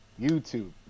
YouTube